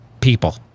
people